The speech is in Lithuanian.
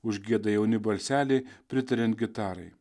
užgieda jauni balseliai pritariant gitarai